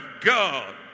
God